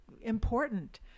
important